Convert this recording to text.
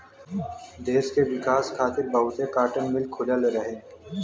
देस के विकास खातिर बहुते काटन मिल खुलल रहे